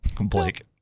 Blake